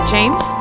James